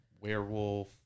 werewolf